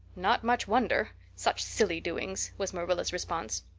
not much wonder! such silly doings! was marilla's response.